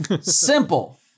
Simple